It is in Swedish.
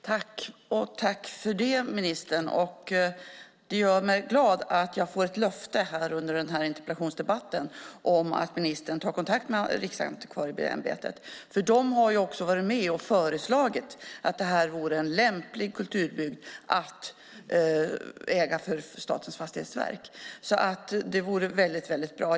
Herr talman! Tack för det, ministern! Det gör mig glad att jag får ett löfte under den här interpellationsdebatten om att ministern ska ta kontakt med Riksantikvarieämbetet. De har ju också varit med och föreslagit att det här vore en lämplig kulturbygd för Statens fastighetsverk att äga. Det vore väldigt bra.